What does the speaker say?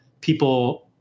people